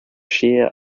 shear